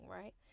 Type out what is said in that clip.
right